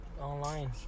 Online